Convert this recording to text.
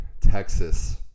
Texas